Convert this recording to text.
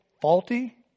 faulty